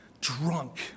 drunk